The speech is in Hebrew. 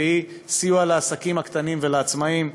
סיוע לעסקים הקטנים ולעצמאיים.